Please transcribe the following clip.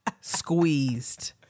Squeezed